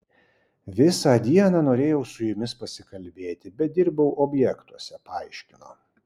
visą dieną norėjau su jumis pasikalbėti bet dirbau objektuose paaiškino